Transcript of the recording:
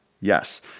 Yes